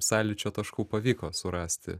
sąlyčio taškų pavyko surasti